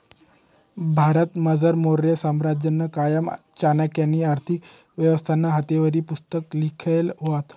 भारतमझार मौर्य साम्राज्यना कायमा चाणक्यनी आर्थिक व्यवस्थानं हातेवरी पुस्तक लिखेल व्हतं